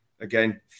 again